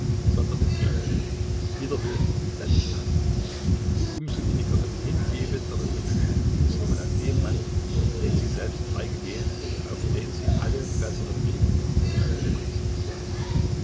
sondern im gegenteil widerwillen wenn nicht haß mit um so innigeren hingebenderen gefühlen hing sie wohl an dem mann den sie selbst frei gewählt und auf den sie alle besseren regungen ihrer seele konzentrierte